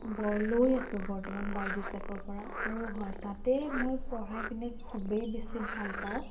লৈ আছো বৰ্তমান বাইজুচ এপৰ পৰা আৰু হয় তাতে মই পঢ়াই পিনে খুবেই বেছি ভালপাওঁ